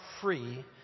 free